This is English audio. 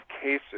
cases